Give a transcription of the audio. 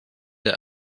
der